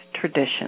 tradition